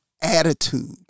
attitude